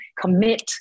commit